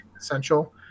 essential